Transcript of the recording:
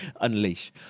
unleash